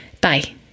Bye